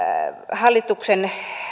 hallituksen